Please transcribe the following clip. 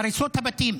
בהריסות הבתים.